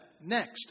Next